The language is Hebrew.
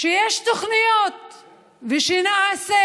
שיש תוכניות ושנעשה.